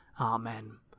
Amen